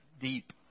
deep